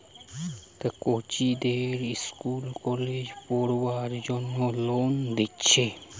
কচিদের ইস্কুল কলেজে পোড়বার জন্যে লোন দিচ্ছে